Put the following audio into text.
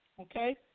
okay